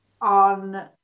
on